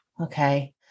Okay